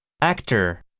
Actor